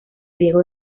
riego